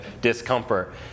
discomfort